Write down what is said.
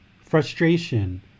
frustration